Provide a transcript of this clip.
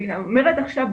ואני אומרת עכשיו,